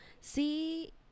see